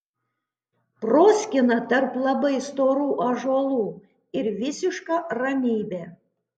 proskyna tarp labai storų ąžuolų ir visiška ramybė